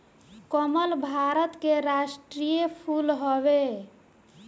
कमल भारत के राष्ट्रीय फूल हवे